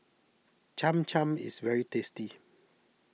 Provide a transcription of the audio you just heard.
Cham Cham is very tasty